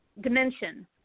dimension